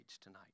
tonight